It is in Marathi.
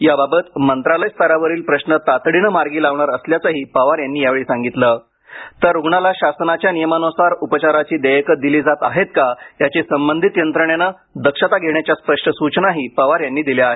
याबाबत मंत्रालय स्तरावरील प्रश्न तातडीने मार्गी लावणार असल्याचेही पवार यावेळी म्हणाले तर रुग्णाला शासनाच्या नियमानुसार उपचाराची देयकं दिली जात आहे का याची सबंधित यंत्रणेने दक्षता घेण्याच्या स्पष्ट सूचनाही पवार यांनी दिल्या आहेत